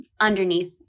underneath